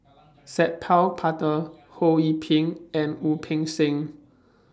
Sat Pal Khattar Ho Yee Ping and Wu Peng Seng